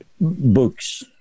books